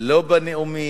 לא בנאומים,